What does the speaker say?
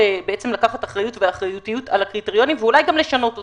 לקחת אחריות על הקריטריונים ואולי גם לשנות אותם.